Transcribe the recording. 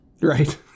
Right